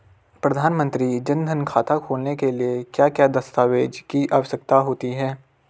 प्रधानमंत्री जन धन खाता खोलने के लिए क्या क्या दस्तावेज़ की आवश्यकता होती है?